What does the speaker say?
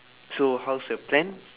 so how's your plan